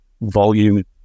volume